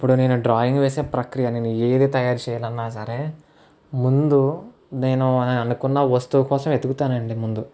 ఇప్పుడు నేను డ్రాయింగ్ వేసే ప్రక్రియ నేను ఏది తయారు చేయాలన్నా సరే ముందు నేను అనుకున్న వస్తువు కోసం వెతుకుతానండి ముందు